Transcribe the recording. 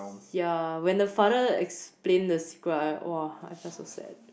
ya when the father explain the secret I !wah! I felt so sad